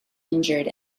injured